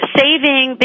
saving